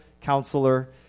counselor